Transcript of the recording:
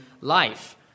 life